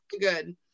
good